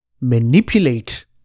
manipulate